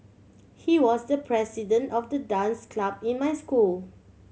he was the president of the dance club in my school